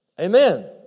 Amen